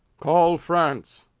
call france!